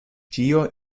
ĉio